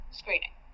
screening